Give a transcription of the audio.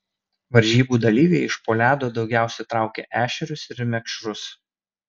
varžybų dalyviai iš po ledo daugiausiai traukė ešerius ir mekšrus